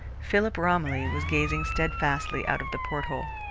philip romilly was gazing steadfastly out of the porthole.